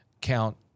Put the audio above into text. count